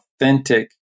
authentic